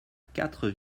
quatre